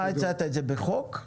הצעת את זה בחוק?